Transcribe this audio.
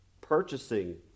purchasing